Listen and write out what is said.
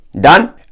Done